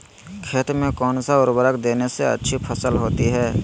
खेत में कौन सा उर्वरक देने से अच्छी फसल होती है?